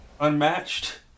unmatched